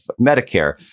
Medicare